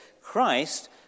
Christ